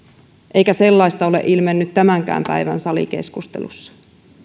eikä sellaista ole ilmennyt tämänkään päivän salikeskustelussa